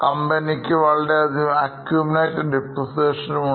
കമ്പനിക്ക് വളരെയധികം accumulated depreciation ഉണ്ട്